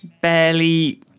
barely